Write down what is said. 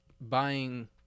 buying